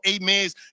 amens